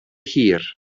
hir